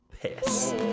piss